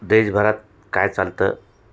देशभरात काय चालतं